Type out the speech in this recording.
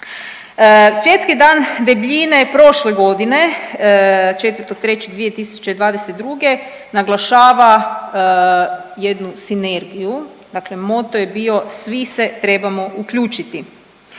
Svjetski dan debljine prošle godine 4.3.2022. naglašava jednu sinergiju dakle moto je bio „svi se trebamo uključiti“,